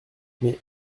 mais